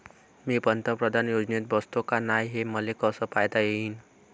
मी पंतप्रधान योजनेत बसतो का नाय, हे मले कस पायता येईन?